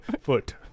Foot